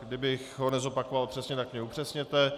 Kdybych ho nezopakoval přesně, tak mě upřesněte.